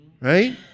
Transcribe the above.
Right